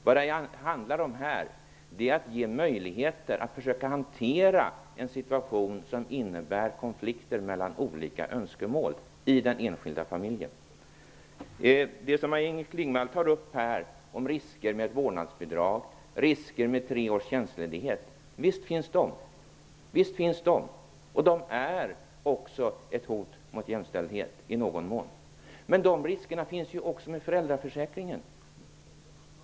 Vad det handlar om är att ge möjligheter att hantera en situation som innebär konflikter mellan olika önskemål i den enskilda familjen. Maj-Inger Klingvall tar upp risker med vårdnadsbidrag och tre års tjänstledighet. Visst finns det risker, och de är också i någon mån ett hot mot jämställdhet. Men de riskerna finns också med föräldraförsäkringen.